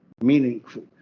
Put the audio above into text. meaningful